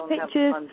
pictures